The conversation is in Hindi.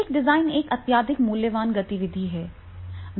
एक डिजाइन एक अत्यधिक मूल्यवान गतिविधि है